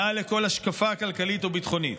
מעל לכל השקפה כלכלית או ביטחונית.